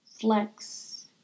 flex